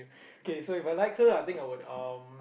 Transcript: okay so If I like her I think I would um